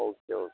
okay okay